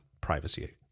privacy